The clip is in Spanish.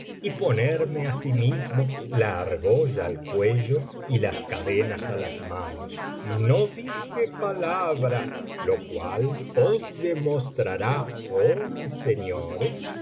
y ponerme asimismo la argolla al cuello y las cadenas á las manos y yo no dije palabra lo cual os demostrará oh mis señores